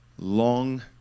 Long